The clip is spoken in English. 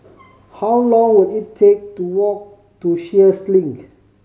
how long will it take to walk to Sheares Link